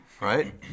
right